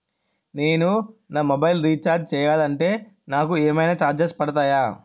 నేను నా mobile recharge చేయాలంటే నాకు ఏమైనా చార్జెస్ పడతాయా?